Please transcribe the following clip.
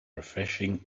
refreshing